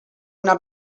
una